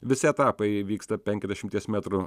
visi etapai vyksta penkiasdešimties metrų